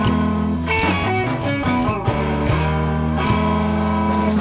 oh oh oh